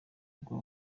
bwo